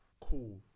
cool